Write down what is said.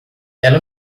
ela